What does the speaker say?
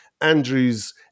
Andrew's